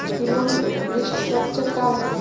ई loan restructure का होखे ला?